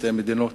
שתי מדינות,